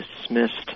dismissed